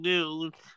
News